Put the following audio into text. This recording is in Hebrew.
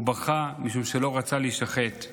הוא בכה משום שלא רצה להישחט.